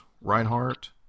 Reinhardt